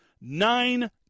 nine